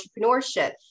entrepreneurship